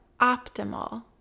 optimal